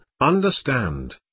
understand